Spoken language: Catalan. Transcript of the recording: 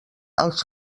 als